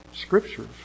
scriptures